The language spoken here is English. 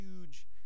huge